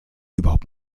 überhaupt